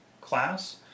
class